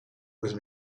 with